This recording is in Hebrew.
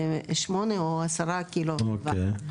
8 או 10 קילו וואט,